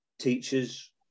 teachers